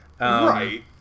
Right